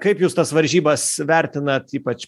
kaip jūs tas varžybas vertinat ypač